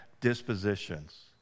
dispositions